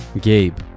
Gabe